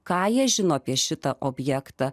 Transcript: ką jie žino apie šitą objektą